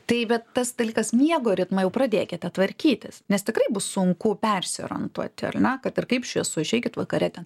taip bet tas dalykas miego ritmą jau pradėkite tvarkytis nes tikrai bus sunku persiorientuoti ar ne kad ir kaip šviesu išeikit vakare ten